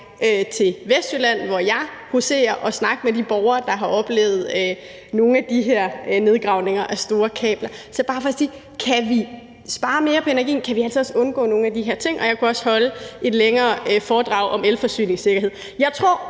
til Vestjylland, hvor jeg huserer, og snakke med de borgere, der har oplevet nogle af de her nedgravninger af store kabler. Det er bare for at sige, at kan vi spare mere på energien, kan vi altså også undgå nogle af de her ting. Jeg kunne også holde et længere foredrag om elforsyningssikkerhed. Jeg tror,